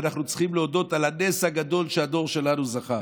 ואנחנו צריכים להודות על הנס הגדול שהדור שלנו זכה.